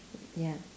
ya